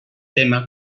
tema